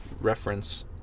reference